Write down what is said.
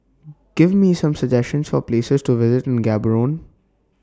Give Me Some suggestions For Places to visit in Gaborone